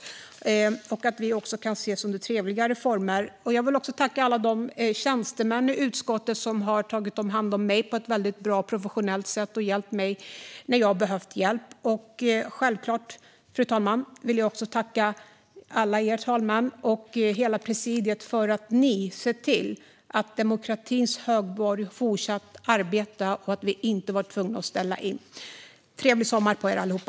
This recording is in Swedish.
Jag hoppas att vi då kan ses under trevligare former. Jag vill också tacka alla de tjänstemän i utskottet som har tagit hand om mig på ett väldigt bra och professionellt sätt och hjälpt mig när jag har behövt det. Fru talman! Självklart vill jag även tacka alla talmännen, och hela presidiet, för att ni har sett till att arbetet har kunnat fortsätta i demokratins högborg och att vi inte varit tvungna att ställa in det. Trevlig sommar på er, allihop!